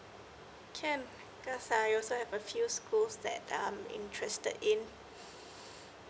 can cause I also have a few schools that um interested in